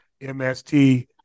MST